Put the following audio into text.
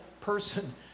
person